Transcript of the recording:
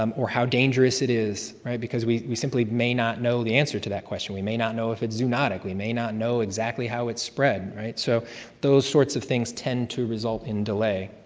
um or how dangerous it is, right, because we we simply may not know the answer to that question. we may not know if it's zoonotic. we may not know exactly how its spread, so those sorts of things tend to result in delay.